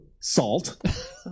salt